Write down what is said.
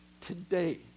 today